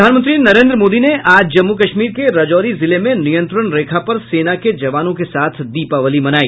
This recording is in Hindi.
प्रधानमंत्री नरेन्द्र मोदी ने आज जम्मू कश्मीर के राजौरी जिले में नियंत्रण रेखा पर सेना के जवानों के साथ दीपावली मनाई